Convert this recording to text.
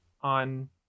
on